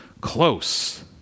close